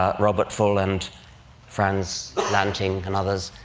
ah robert full and frans lanting and others